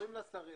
אומרים לשרים: